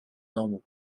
normaux